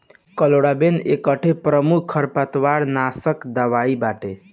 chloramben एकठे प्रमुख खरपतवारनाशक दवाई बाटे